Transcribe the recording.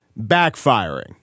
Backfiring